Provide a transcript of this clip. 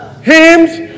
Hymns